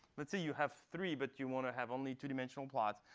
let's say you have three, but you want to have only two dimensional plots.